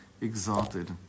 exalted